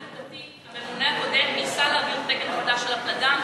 רק עניין עובדתי: הממונה הקודם ניסה להעביר תקן חדש של הפלדה.